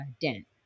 dent